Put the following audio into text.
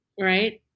right